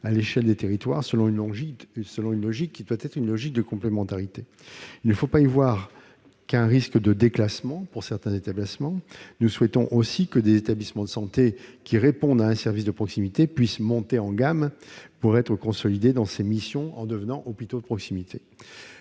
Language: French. à l'échelle des territoires selon une logique de complémentarité. Il ne faut pas voir dans cette évolution qu'un risque de déclassement pour certains établissements : nous souhaitons aussi que des établissements de santé qui rendent un service de proximité puissent monter en gamme et soient consolidés dans leurs missions en devenant hôpitaux de proximité.